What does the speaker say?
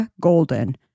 Golden